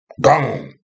gone